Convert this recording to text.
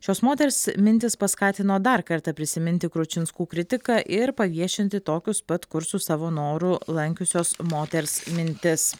šios moters mintys paskatino dar kartą prisiminti kručinskų kritiką ir paviešinti tokius pat kursus savo noru lankiusios moters mintis